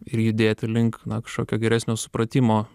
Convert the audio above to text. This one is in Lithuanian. ir judėti link na kažkokio geresnio supratimo